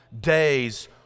days